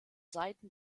seiten